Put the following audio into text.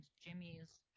Jimmy's